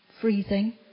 freezing